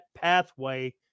pathway